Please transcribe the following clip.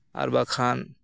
ᱟᱨ ᱵᱟᱝᱠᱷᱟᱱ